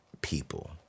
people